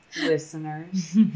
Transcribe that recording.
listeners